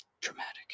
dramatic